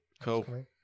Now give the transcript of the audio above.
Cool